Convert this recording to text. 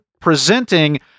presenting